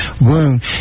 wound